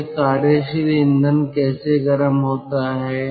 तो यह कार्यशील ईंधन कैसे गर्म होता है